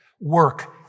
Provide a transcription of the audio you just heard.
work